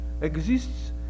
exists